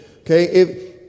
okay